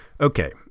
Okay